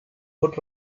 pot